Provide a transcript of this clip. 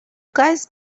guys